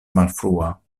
malfrua